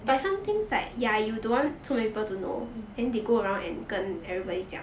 mm